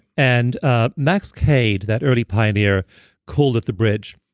and ah max kade, that early pioneer called it the bridge.